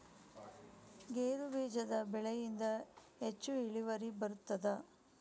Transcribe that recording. ಗೇರು ಬೀಜದ ಬೆಳೆಯಿಂದ ಹೆಚ್ಚು ಇಳುವರಿ ಬರುತ್ತದಾ?